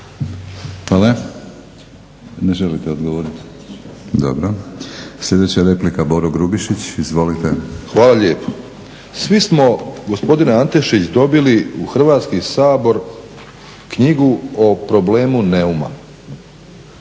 Hvala. Ne želite odgovoriti? Dobro. Sljedeća replika Boro Grubišić. Izvolite. **Grubišić, Boro (HDSSB)** Hvala lijepo. Svi smo gospodine Antešić dobili u Hrvatski sabor knjigu o problemu Neuma